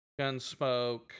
Gunsmoke